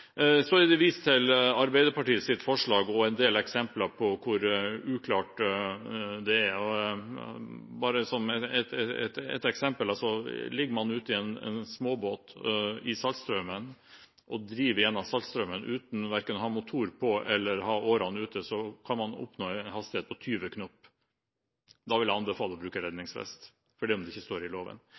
del eksempler på hvor uklart det er. Her er et eksempel: Ligger man ute i en småbåt i Saltstraumen og driver gjennom Saltstraumen uten å ha verken motor på eller årene ute, kan man oppnå en hastighet på 20 knop. Da vil jeg anbefale å bruke redningsvest, selv om det ikke står i loven.